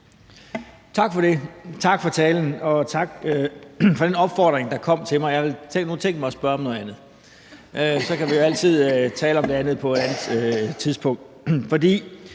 Tak for det, tak for talen, og tak for den opfordring, der kom til mig. Jeg havde nu tænkt mig at spørge om noget, og så kan vi altid tale om det andet på et andet tidspunkt. Nu